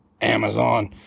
Amazon